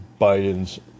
Biden's